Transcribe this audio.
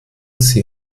sie